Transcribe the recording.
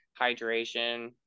hydration